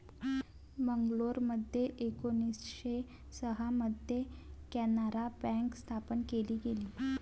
मंगलोरमध्ये एकोणीसशे सहा मध्ये कॅनारा बँक स्थापन केली गेली